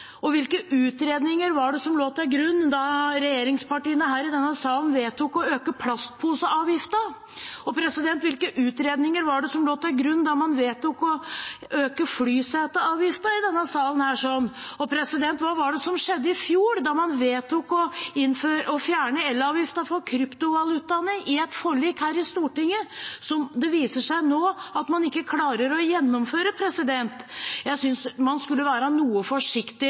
grensen? Hvilke utredninger var det som lå til grunn da regjeringspartiene her i denne salen vedtok å øke plastposeavgiften? Hvilke utredninger var det som lå til grunn da man i denne salen vedtok å øke flyseteavgiften? Og hva var det som skjedde i fjor, da man vedtok å fjerne elavgiften for kryptovalutaene i et forlik her i Stortinget, som det nå viser seg at man ikke klarer å gjennomføre? Jeg synes man skulle være noe forsiktig